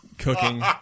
cooking